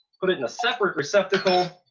put it in a separate receptacle,